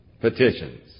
petitions